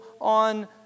on